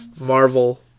Marvel